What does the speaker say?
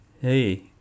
hey